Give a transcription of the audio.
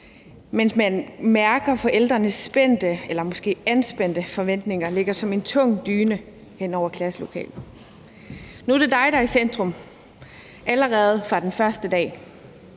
mens man mærker, at forældrenes spændte eller måske anspændte forventninger ligger som en tung dyne hen over klasselokalet. Nu er det dig, der er i centrum, allerede fra den første dag.